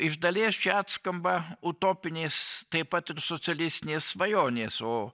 iš dalies čia atskamba utopinės taip pat ir socialistinės svajonės o